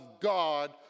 God